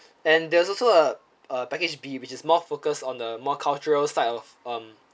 and there is also err a package B which is more focus on the more cultural styles um